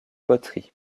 poteries